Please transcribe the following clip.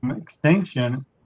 Extinction